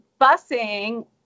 busing